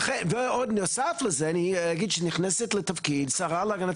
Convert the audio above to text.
בנוסף לזה אני אגיד שנכנסת לתפקיד שרה להגנת